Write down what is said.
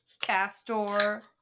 Castor